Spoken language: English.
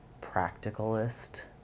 practicalist